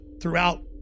throughout